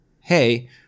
hey